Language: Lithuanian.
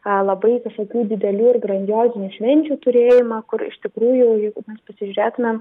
labai visokių didelių ir grandiozinių švenčių turėjimą kur iš tikrųjų jeigu mes pasižiūrėtumėm